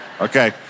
okay